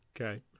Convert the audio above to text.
Okay